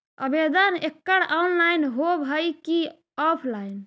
आवेदन एकड़ ऑनलाइन होव हइ की ऑफलाइन?